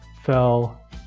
fell